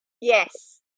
Yes